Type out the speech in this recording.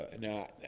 Now